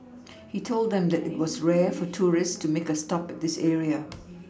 he told them that it was rare for tourists to make a stop at this area